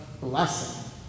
blessing